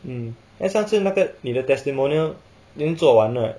mm then 上次那个你的 testimonial then 做完了 right